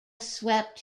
swept